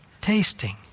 tasting